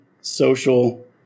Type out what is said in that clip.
social